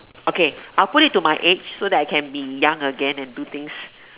okay I will put it to my aids so I can be young again to do things